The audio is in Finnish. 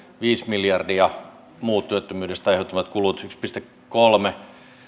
viisi miljardia muut työttömyydestä aiheutuvat kulut yksi pilkku kolme joka